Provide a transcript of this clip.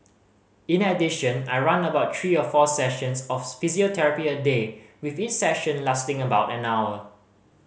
in addition I run about three or four sessions of physiotherapy a day with each session lasting about an hour